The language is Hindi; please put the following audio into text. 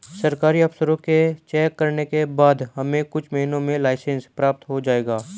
सरकारी अफसरों के चेक करने के बाद हमें कुछ महीनों में लाइसेंस प्राप्त हो जाएगा